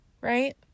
right